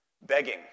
Begging